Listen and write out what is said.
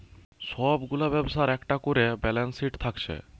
সব গুলা ব্যবসার একটা কোরে ব্যালান্স শিট থাকছে